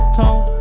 tone